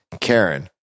Karen